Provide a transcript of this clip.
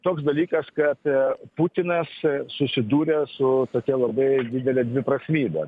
toks dalykas kad putinas susidūrė su tokia labai didele dviprasmybe